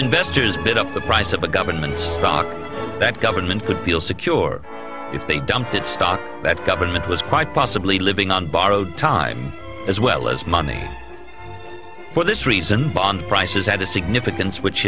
investors bid up the price of a government stock that government could feel secure if they dumped that stock that government was quite possibly living on borrowed time as well as money for this reason bond prices had a significance which